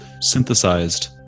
synthesized